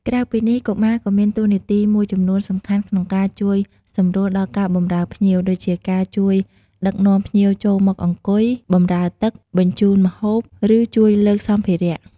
ក្រៅពីនេះ កុមារក៏មានតួនាទីមួយចំនួនសំខាន់ក្នុងការជួយសម្រួលដល់ការបម្រើភ្ញៀវ ដូចជាការជួយដឹកនាំភ្ញៀវចូលមកអង្គុយ បម្រើទឹក បញ្ជូនម្ហូប ឬជួយលើកសម្ភារៈ។